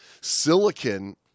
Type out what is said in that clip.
silicon